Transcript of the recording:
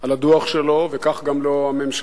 על הדוח שלו, וכך גם לא הממשלה,